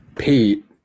Pete